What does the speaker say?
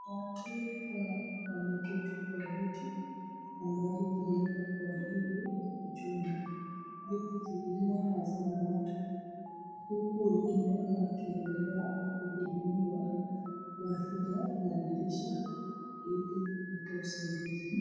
Watu hao wameketi kwa viti ambavyo zimewekwa kwa hili jumba. Viti zingine hazina watu huku wengine wakiendelea kuhudumiwa kwa hili madirisha ili kupata usaidizi.